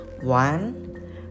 one